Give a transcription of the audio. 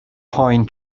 pine